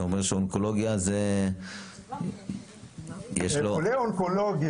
אתה אומר שאונקולוגיה זה --- חולה אונקולוגי,